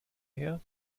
her